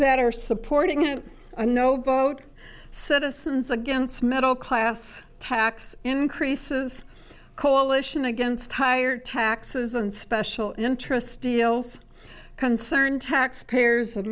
that are supporting it a no boat citizens against middle class tax increases coalition against higher taxes and special interest deals concerned taxpayers of